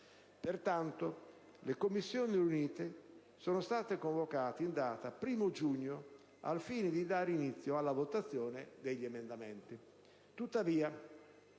Pertanto, le Commissioni riunite sono state convocate in data 1° giugno al fine di dare inizio alla votazione degli emendamenti.